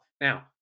Now